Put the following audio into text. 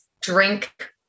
drink